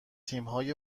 تیمهای